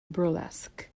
burlesque